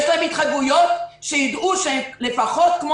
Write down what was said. יש להם התחייבויות שיידעו שהם לפחות כמו